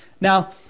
now